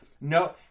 No